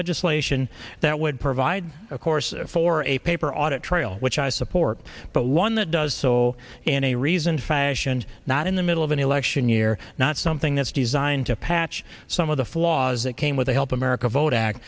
legislation that would provide a course for a paper audit trail which i support but one that does so and a reason fashioned not in the middle of an election year not something that's designed to patch some of the flaws that came with the help america vote act